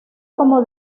como